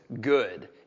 good